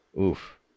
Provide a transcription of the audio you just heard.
oof